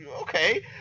Okay